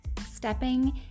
stepping